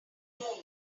know